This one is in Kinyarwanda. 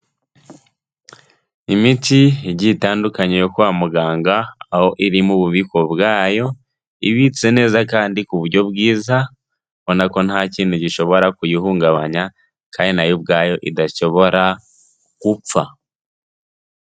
Imiti igiye itandukanye yo kwa muganga aho iri mu bubiko bwayo ibitse neza kandi ku buryo bwiza, ubona ko nta kintu gishobora kuyihungabanya kaindi na yo ubwayo idashobora gupfa.